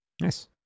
Nice